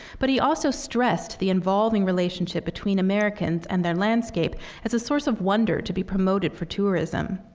but he also stressed the involving relationship between americans and their landscape as a source of wonder to be promoted for tourism.